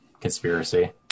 conspiracy